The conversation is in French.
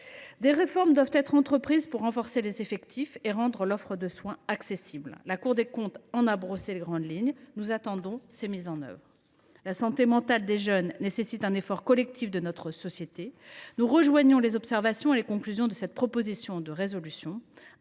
Des réformes doivent être entreprises pour accroître les effectifs et rendre l’offre des soins accessible. La Cour des comptes en a brossé les grandes lignes ; nous attendons qu’elles soient mises en œuvre. La santé mentale des jeunes nécessite un effort collectif de notre société. Nous partageons les observations et les conclusions des auteurs de ce texte.